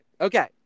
Okay